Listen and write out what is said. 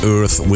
Earth